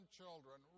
children